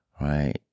right